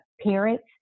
parents